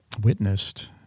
witnessed